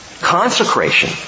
Consecration